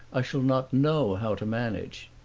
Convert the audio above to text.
i shall not know how to manage.